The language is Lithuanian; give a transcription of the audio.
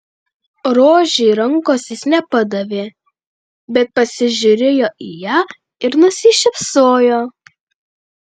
rožei rankos jis nepadavė bet pasižiūrėjo į ją ir nusišypsojo